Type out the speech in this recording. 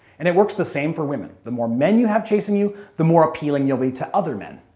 and it works the same for women the more men you have chasing you, the more appealing you'll be to other men.